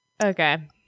Okay